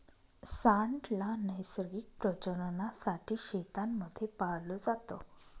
सांड ला नैसर्गिक प्रजननासाठी शेतांमध्ये पाळलं जात